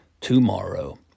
tomorrow